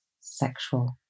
sexual